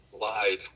lied